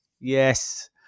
Yes